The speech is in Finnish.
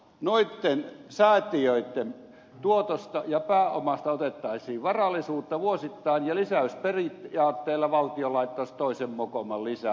noitten säätiöitten tuotosta ja pääomasta otettaisiin varallisuutta vuosittain ja lisäysperiaatteella valtio laittaisi toisen mokoman lisää